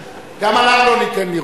גם עליו לא ניתן לירות,